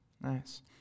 Nice